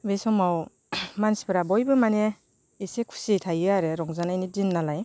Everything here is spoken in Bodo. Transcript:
बे समाव मानसिफोरा बयबो माने इसे खुसि थायो आरो रंजानायनि दिन नालाय